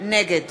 נגד